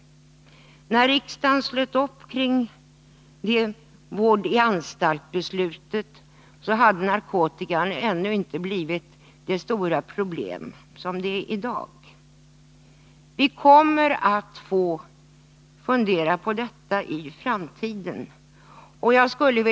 När riksdagen slöt upp kring beslutet om vård i anstalt hade narkotikaproblemet ännu inte blivit det stora problem som det är i dag. Vi kommer att få fundera på detta i framtiden.